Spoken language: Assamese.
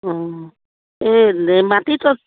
অঁ এই